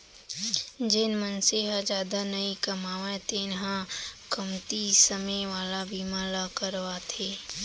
जेन मनसे ह जादा नइ कमावय तेन ह कमती समे वाला बीमा ल करवाथे